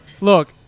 Look